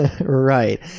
right